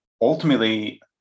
ultimately